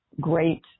great